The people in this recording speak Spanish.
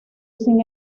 sin